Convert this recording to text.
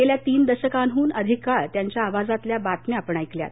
गेल्या तीन दशकांहन अधिक काळ त्यांच्या आवाजातल्या बातम्या आपण ऐकल्यात